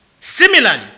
Similarly